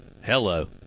Hello